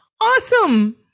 awesome